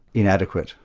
inadequate,